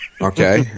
Okay